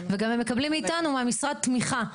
וגם הם מקבלים מאתנו, המשרד, תמיכה.